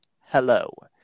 hello